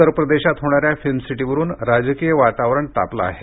उत्तर प्रदेशात होणाऱ्या फिल्म सिटीवरून राजकीय वातावरण तापले आहे